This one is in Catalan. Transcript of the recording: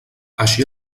així